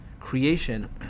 creation